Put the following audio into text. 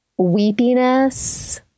weepiness